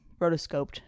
rotoscoped